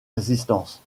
résistance